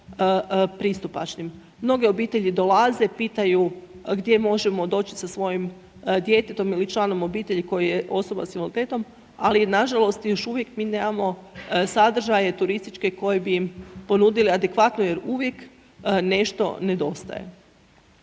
pristupačnim. Mnoge obitelji dolaze, pitaju gdje možemo doći sa svojim djetetom ili članom obitelji koje je osoba s invaliditetom, ali nažalost, još uvijek mi nemamo sadržaje turističke koje bi im ponudili adekvatno jer uvijek nešto nedostaje.